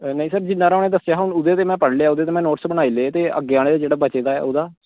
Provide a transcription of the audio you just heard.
नेईं सर जिन्ना हारा दस्सेआ ओह् ते में पढ़ी लैआ ओह्दे नोट्स बनाई ले ते अग्गें आह्ला थोह्ड़ा बचे दा ओह्दा